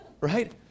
right